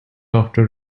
after